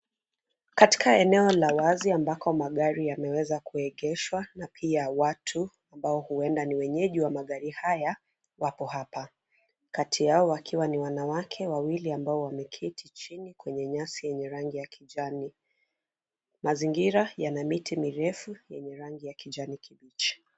Katika eneo la wazi ambako magari yameweza kuegeshwa na pia watu ambao huenda ni wenyeji wa magari haya, wapo hapa. Kati yao wakiwa ni wanawake wawili ambao wameketi chini kwenye nyasi yenye rangi ya kijani. Mazingira yana miti mirefu yenye rangi ya kijani kibichi.